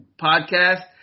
podcast